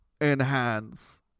enhance